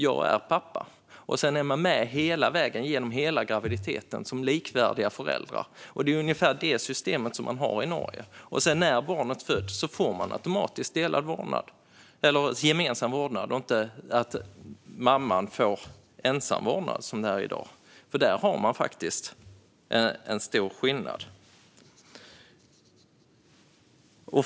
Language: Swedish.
Efter det skulle man vara med som likvärdig förälder genom hela graviditeten. Det är ungefär det systemet man har i Norge. När barnet sedan föds får paret automatiskt gemensam vårdnad i stället för att mamman får ensam vårdnad, som i dag. Det är faktiskt en stor skillnad.